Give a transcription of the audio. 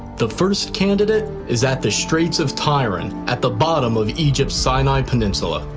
the first candidate is at the straits of tiran at the bottom of egypt's sinai peninsula.